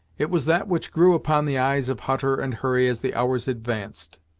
it was that which grew upon the eyes of hutter and hurry as the hours advanced,